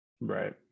Right